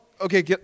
Okay